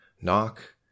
Knock